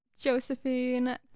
Josephine